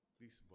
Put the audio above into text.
Please